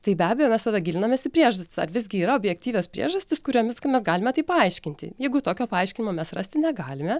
tai be abejo mes tada gilinamės į priežastis ar visgi yra objektyvios priežastys kuriomis mes galime tai paaiškinti jeigu tokio paaiškinimo mes rasti negalime